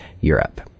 Europe